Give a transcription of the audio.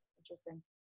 Interesting